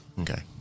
Okay